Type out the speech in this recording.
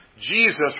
Jesus